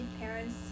parents